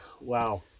Wow